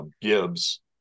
Gibbs